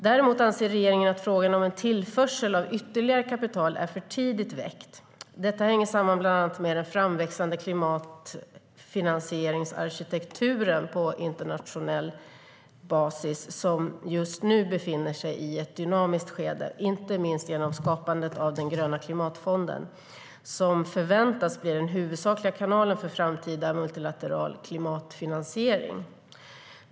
Däremot anser regeringen att frågan om en tillförsel av ytterligare kapital är för tidigt väckt. Detta hänger samman bland annat med att den framväxande internationella klimatfinansieringsarkitekturen befinner sig i ett dynamiskt skede, inte minst genom skapandet av Gröna klimatfonden, som förväntas bli den huvudsakliga kanalen för framtida multilateral klimatfinansiering.